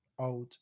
out